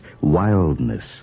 wildness